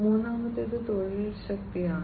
മൂന്നാമത്തേത് തൊഴിൽ ശക്തിയാണ്